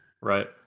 Right